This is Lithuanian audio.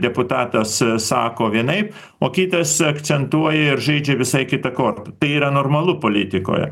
deputatas sako vienaip o kitas akcentuoja ir žaidžia visai kita korta tai yra normalu politikoje